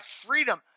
freedom